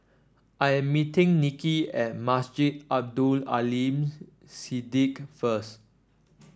I am meeting Nicki at Masjid Abdul Aleem Siddique first